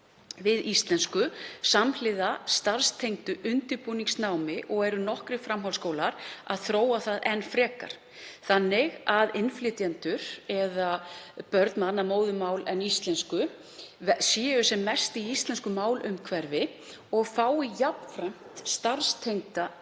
við íslensku samhliða starfstengdu undirbúningsnámi og eru nokkrir framhaldsskólar að þróa það enn frekar þannig að innflytjendur eða börn með annað móðurmál en íslensku séu sem mest í íslensku málumhverfi og fái jafnframt starfstengdan